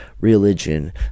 religion